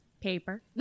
Paper